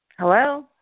Hello